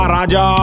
Raja